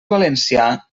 valencià